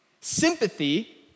Sympathy